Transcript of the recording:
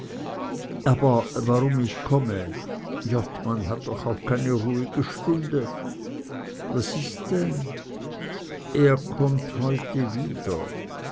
aber warum ich komme jott man hat doch auch keine ruhige stunde was is denn er kommt heute wieder